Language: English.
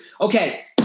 Okay